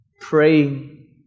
praying